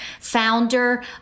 founder